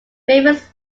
famous